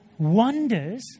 Wonders